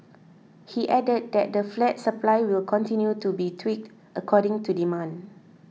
he added that the flat supply will continue to be tweaked according to demand